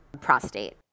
prostate